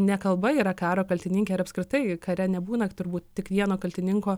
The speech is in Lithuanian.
ne kalba yra karo kaltininkė ir apskritai kare nebūna turbūt tik vieno kaltininko